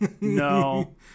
no